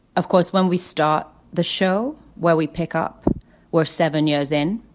of course, when we start the show where we pick up where seven years in